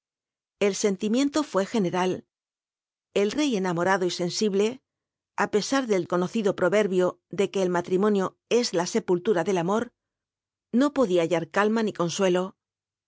el scntimicnlo fu é general el l c enamorado cns iblc pr a r del conocido pro crhio de qnc el matrimonio es la sepultura del amor no podía hallar calm a ni consuelo